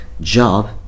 job